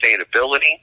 sustainability